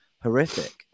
horrific